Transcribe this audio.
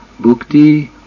Bukti